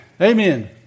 Amen